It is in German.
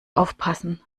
aufpassen